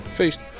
feest